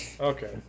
Okay